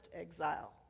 exile